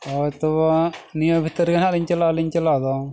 ᱦᱳᱭ ᱛᱚᱵᱮ ᱱᱤᱭᱟᱹ ᱵᱷᱤᱛᱨᱤ ᱨᱮᱜᱮ ᱱᱟᱦᱟᱜ ᱞᱤᱧ ᱪᱟᱞᱟᱜᱼᱟ ᱞᱤᱧ ᱪᱟᱞᱟᱣ ᱫᱚ